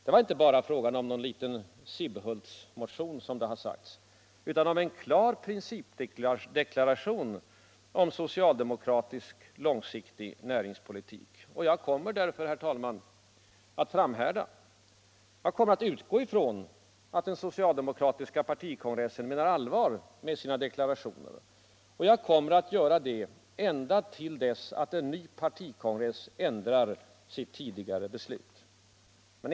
Det var inte bara frågor om en Sibbhultsmotion utan om en klar principdeklaration om socialdemokratisk långsiktig näringspolitik. Jag kommer därför, herr talman, att framhärda. Jag kommer att utgå ifrån att den socialdemokratiska partikongressen menar allvar med sina deklarationer. Jag kommer att göra detta ända till dess en ny partikongress ändrar sitt tidigare beslut.